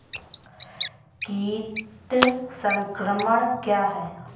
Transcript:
कीट संक्रमण क्या है?